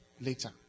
later